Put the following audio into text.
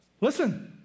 Listen